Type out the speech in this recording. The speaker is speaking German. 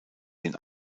den